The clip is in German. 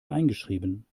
eingeschrieben